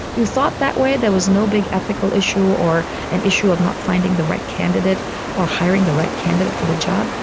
you thought that way. there was no big ethical issue or an issue of not finding the right candidate or hiring the right candidate for the job.